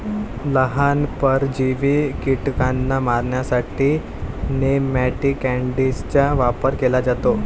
लहान, परजीवी कीटकांना मारण्यासाठी नेमॅटिकाइड्सचा वापर केला जातो